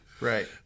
Right